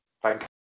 Thank